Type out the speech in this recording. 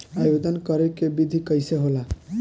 आवेदन करे के विधि कइसे होला?